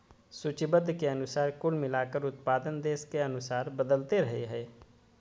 सूचीबद्ध के अनुसार कुल मिलाकर उत्पादन देश के अनुसार बदलते रहइ हइ